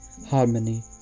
harmony